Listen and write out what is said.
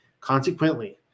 Consequently